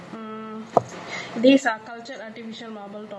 mm these are cultured artifical marble top